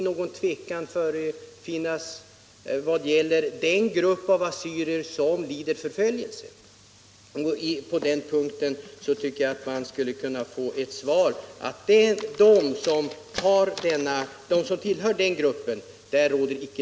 Någon tvekan borde inte råda vad gäller den grupp av assyrier som lider förföljelse.